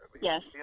Yes